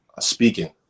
speaking